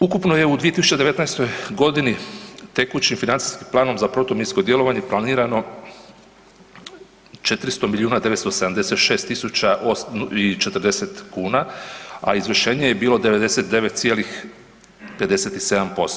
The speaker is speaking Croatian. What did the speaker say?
Ukupno je u 2019.g. tekućim financijskim planom za protuminsko djelovanje planirano 400 milijuna 976 tisuća i 40 kuna a izvršenje je bilo 99,57%